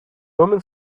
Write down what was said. woman